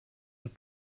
der